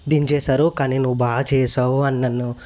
దించేసారు కానీ నువ్వు బాగా చేసావు అని నన్ను